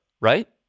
right